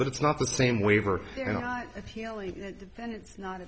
but it's not the same waiver